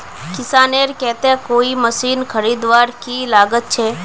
किसानेर केते कोई मशीन खरीदवार की लागत छे?